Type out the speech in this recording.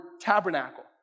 tabernacle